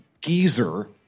geezer